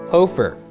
Hofer